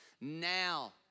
now